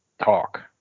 Talk